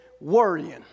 worrying